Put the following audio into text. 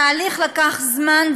התהליך לקח זמן,